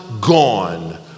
gone